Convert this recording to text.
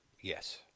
Yes